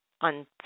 On